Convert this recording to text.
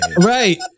right